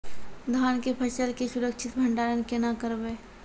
धान के फसल के सुरक्षित भंडारण केना करबै?